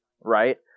right